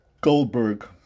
Goldberg